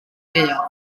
gaeaf